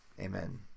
Amen